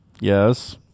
Yes